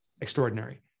extraordinary